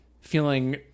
feeling